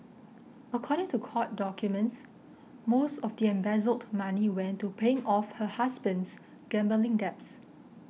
according to court documents most of the embezzled money went to paying off her husband's gambling debts